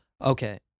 Okay